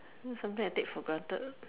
what is something I take for granted